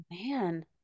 Man